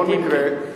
בכל מקרה,